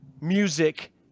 music